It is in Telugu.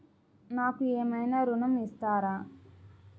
నాకు ఏమైనా ఋణం ఇస్తారా?